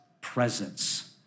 presence